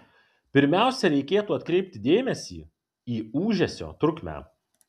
pirmiausia reikėtų atkreipti dėmesį į ūžesio trukmę